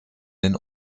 den